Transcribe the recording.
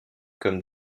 comme